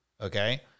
okay